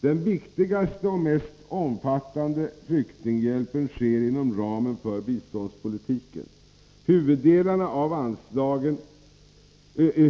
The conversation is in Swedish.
Den viktigaste och mest omfattande flyktinghjälpen sker inom ramen för biståndspolitiken.